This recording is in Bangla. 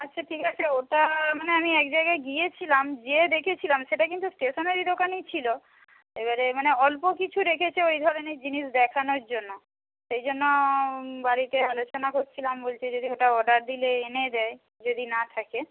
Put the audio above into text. আচ্ছা ঠিক আছে ওটা মানে আমি এক জায়গায় গিয়েছিলাম গিয়ে দেখেছিলাম সেটা কিন্তু স্টেশনারি দোকানই ছিল এবারে মানে অল্প কিছু রেখেছে ওই ধরনের জিনিস দেখানোর জন্য সে জন্য বাড়িতে আলোচনা করছিলাম বলছে যদি ওটা অর্ডার দিলে এনে দেয় যদি না থাকে